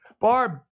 Barb